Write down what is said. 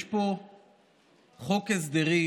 יש פה חוק הסדרים,